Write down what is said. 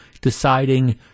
deciding